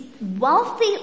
wealthy